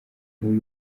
niwe